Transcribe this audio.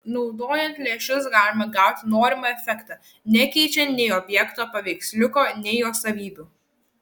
naudojant lęšius galima gauti norimą efektą nekeičiant nei objekto paveiksliuko nei jo savybių